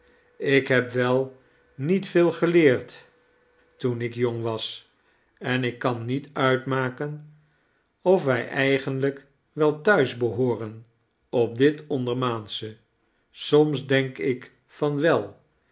ik heb wel niet veel geleerd toen ik jong was en ik kan niet uitmaken of wij eigenlijk wel thuis behooren op dit ondermaansche soms denk ik van wel